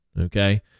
Okay